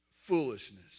foolishness